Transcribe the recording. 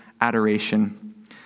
adoration